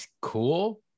cool